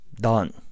Done